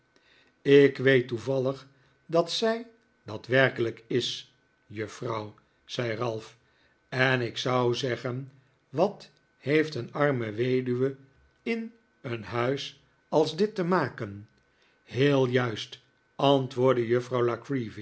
ik weet toevallig dat zij dat werkelijk is juffrouw zei ralph en ik zou zeggen wat heeft een arme weduwe in een huis als dit te maken heel juist antwoordde juffrouw